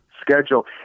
schedule